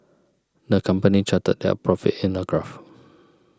the company charted their profits in a graph